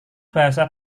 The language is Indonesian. bahasa